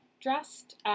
dressed